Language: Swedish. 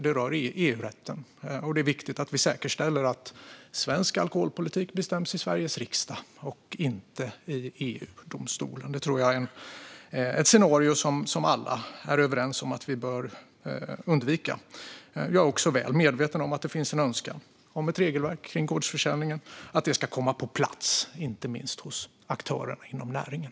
Det rör också EU-rätten, och där är det viktigt att vi säkerställer att svensk alkoholpolitik bestäms i Sveriges riksdag och inte i EU-domstolen, för det tror jag är ett scenario som alla är överens om att vi bör undvika. Jag är väl medveten om att det finns en önskan om att ett regelverk för gårdsförsäljning ska komma på plats, inte minst hos aktörerna inom näringen.